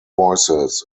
voices